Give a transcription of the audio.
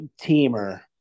teamer